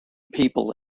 people